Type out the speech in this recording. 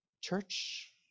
Church